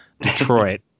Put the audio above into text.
Detroit